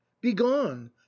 begone